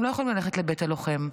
הם לא יכולים ללכת לבית הלוחם,